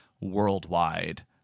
worldwide